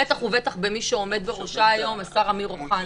ובטח ובטח במי שעומד בראשה היום, השר אמיר אוחנה.